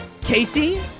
Casey